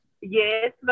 Yes